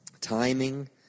timing